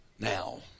Now